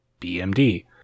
bmd